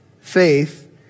faith